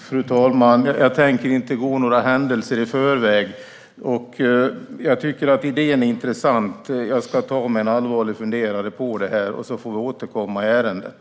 Fru talman! Jag tänker inte gå händelserna i förväg. Jag tycker att idén är intressant och ska ta mig en allvarlig funderare på detta. Vi får återkomma i ärendet.